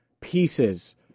pieces